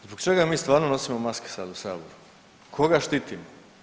Zbog čega mi stvarno nosimo maske sad u saboru, koga štitimo?